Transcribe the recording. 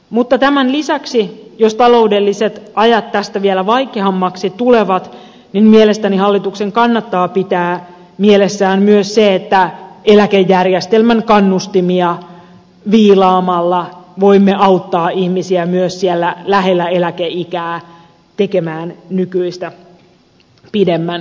mutta tämän lisäksi jos taloudelliset ajat tästä vielä vaikeammaksi tulevat mielestäni hallituksen kannattaa pitää mielessään myös se että eläkejärjestelmän kannustimia viilaamalla voimme auttaa ihmisiä myös siellä lähellä eläkeikää tekemään nykyistä pidemmän työuran